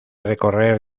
recorrer